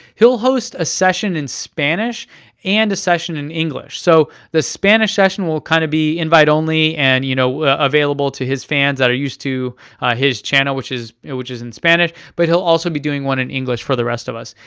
he'll host a session in spanish and a session in english. so the spanish session will kind of be invite-only, and you know available to his fans that are used to his channel, which is which is in spanish. but he'll also be doing one in english for the rest of us.